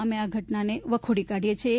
અમે આ ઘટનાને વખોડી કાઢીએ છીએ